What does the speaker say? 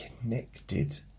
connected